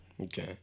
Okay